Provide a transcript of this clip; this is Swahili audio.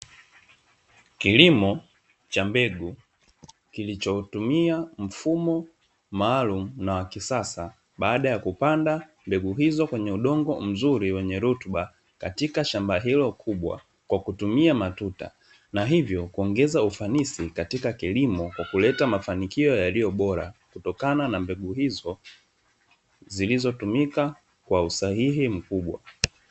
Kilimo cha mbegu kilichotumia mfumo maalumu na wa kisasa baada ya kupanda mbegu hizo kwenye udongo mzuri wenye rutuba katika shamba hilo kubwa kwa kutumia matuta, na hivyo kuongeza ufanisi katika kilimo kwa kuleta mafanikio yaliyo bora kutokana na mbegu hizo zilizotumika kwa usahihi mkubwa.